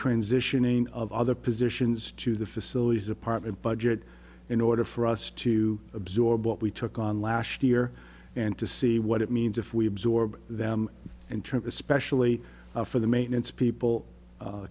transitioning of other positions to the facilities department budget in order for us to absorb what we took on last year and to see what it means if we absorb them and turn especially for the maintenance people